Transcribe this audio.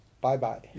Bye-bye